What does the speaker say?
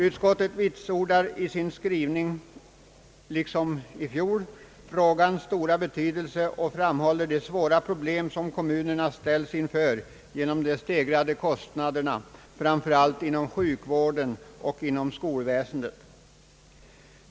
Utskottet vitsordar i sin skrivning liksom i fjol frågans stora betydelse och framhåller de svåra problem som kommunerna ställs inför på grund av de stegrade kostnaderna, framför allt inom sjukvården och skolväsendet.